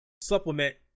supplement